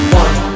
one